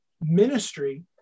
ministry